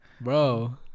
Bro